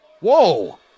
Whoa